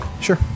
Sure